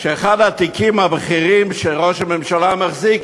שאחד התיקים הבכירים שראש הממשלה מחזיק,